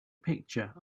picture